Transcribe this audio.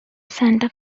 santa